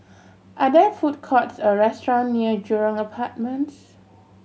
are there food courts or restaurant near Jurong Apartments